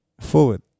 Forward